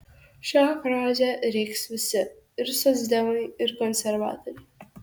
šią frazę rėks visi ir socdemai ir konservatoriai